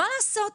מה לעשות?